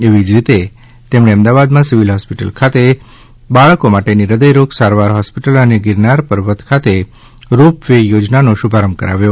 એવી જ રીતે તેમણે અમદાવાદમાં સીવીલ હોસ્પિટલ ખાતે બાળકો માટેની હદયરોગ સારવાર હોસ્પિટલ અને ગીરનાર પર્વત ખાતે રો પવે યોજનાનો શુભારંભ કરાવ્યો